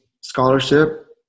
scholarship